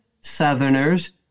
Southerners